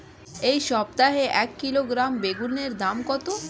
এই সপ্তাহে এক কিলোগ্রাম বেগুন এর দাম কত?